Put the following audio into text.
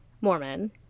Mormon